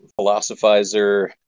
philosophizer